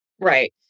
Right